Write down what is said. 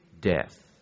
death